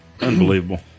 unbelievable